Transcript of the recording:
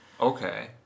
Okay